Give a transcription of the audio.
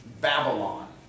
Babylon